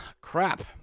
Crap